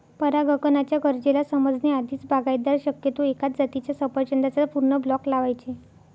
परागकणाच्या गरजेला समजण्या आधीच, बागायतदार शक्यतो एकाच जातीच्या सफरचंदाचा पूर्ण ब्लॉक लावायचे